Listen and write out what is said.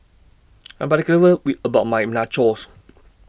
I Am particular with about My Nachos